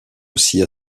aussi